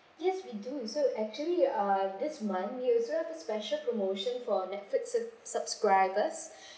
yes we do so actually err this month user special promotion for Netflix subs~ subscribers